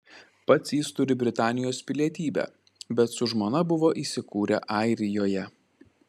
pats jis turi britanijos pilietybę bet su žmona buvo įsikūrę airijoje